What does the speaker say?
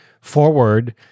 forward